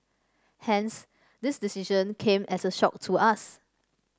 hence this decision came as a shock to us